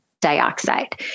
dioxide